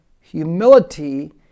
humility